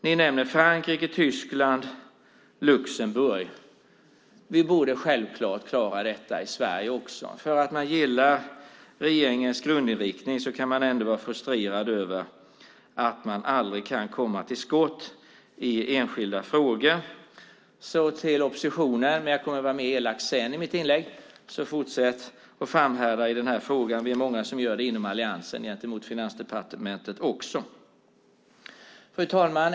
Ni nämner Frankrike, Tyskland och Luxemburg. Vi borde självklart klara detta också i Sverige. Även om man gillar regeringens grundinriktning kan man vara frustrerad över att de aldrig kan komma till skott i enskilda frågor. Jag kommer att vara mer elak senare i mitt inlägg, men jag vill till oppositionen säga: Fortsätt att framhärda i den här frågan. Vi är många som gör det också inom Alliansen gentemot Finansdepartementet. Fru talman!